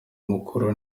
mukuru